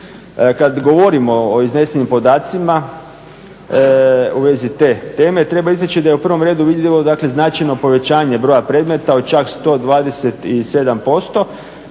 Kad govorimo o iznesenim podacima u vezi te teme, treba izreći da je u prvom redu vidljivo dakle značajno povećanje broja predmeta u čak 127%,